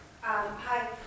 Hi